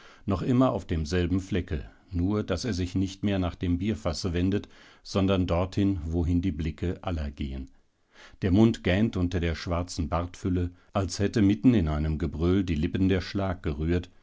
noch immer auf demselben flecke nur daß er sich nicht mehr nach dem bierfasse wendet sondern dorthin wohin die blicke aller gehen der mund gähnt unter der schwarzen bartfülle als hätte mitten in einem gebrüll die lippen der schlag gerührt